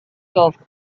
golf